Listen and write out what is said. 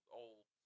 old